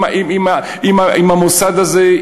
עם המוסד הזה,